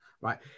Right